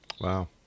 Wow